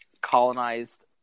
colonized